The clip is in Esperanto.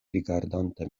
rigardante